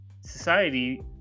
society